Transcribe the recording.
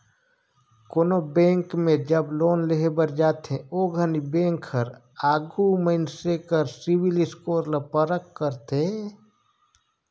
कोनो बेंक में जब लोन लेहे बर जाथे ओ घनी बेंक हर आघु मइनसे कर सिविल स्कोर कर परख करथे